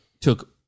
took